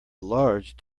large